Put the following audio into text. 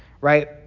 Right